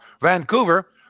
Vancouver